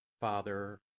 Father